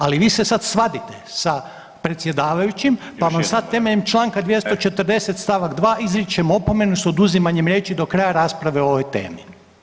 Ali, vi se sad svadite sa predsjedavajućim pa vam sad temeljem čl. 240. st. 2 izričem opomenu s oduzimanjem riječi do kraja rasprave o ovoj temi.